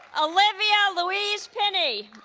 olivia louise pinney